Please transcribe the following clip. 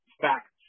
facts